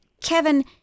Kevin